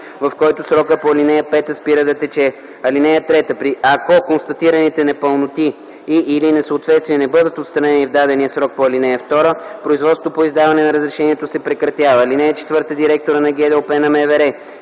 в който срокът по ал. 5 спира да тече. (3) Ако констатираните непълноти и/или несъответствия не бъдат отстранени в дадения срок по ал. 2, производството по издаване на разрешението се прекратява. (4) Директорът на ГДОП на МВР